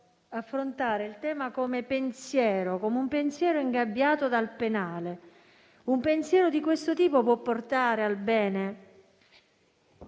affrontare il tema come un pensiero ingabbiato dal penale. Ma un pensiero di questo tipo può portare al bene?